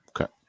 okay